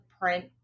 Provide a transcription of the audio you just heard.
print